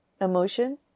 emotion